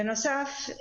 בנוסף,